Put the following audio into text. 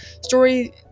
story